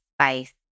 spice